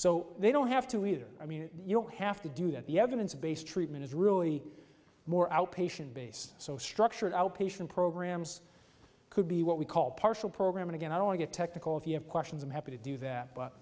so they don't have to either i mean you don't have to do that the evidence based treatment is really more outpatient based so structured outpatient programs could be what we call partial program and again i want to get technical if you have questions i'm happy to do that but